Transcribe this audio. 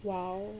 !wow!